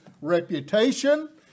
reputation